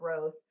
growth